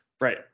Right